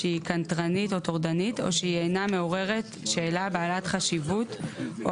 שהיא קנטרנית או טורדנית או שהיא אינה מעוררת שאלה בעלת חשיבות או